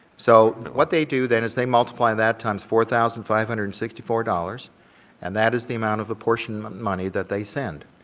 so what they do then is they multiply that times four thousand five hundred and sixty four dollars and that is the amount of the portion of money that they send.